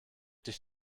dich